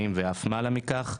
שנים ואף למעלה מכך,